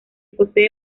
posee